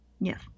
Yes